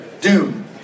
Doom